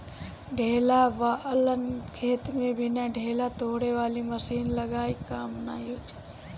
ढेला वालन खेत में बिना ढेला तोड़े वाली मशीन लगइले काम नाइ चली